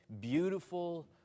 beautiful